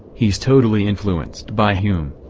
he's totally influenced by hume.